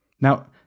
Now